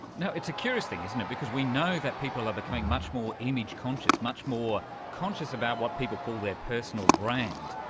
it's a curious thing, isn't it, because we know that people are becoming much more image-conscious, much more conscious about what people call their personal brand.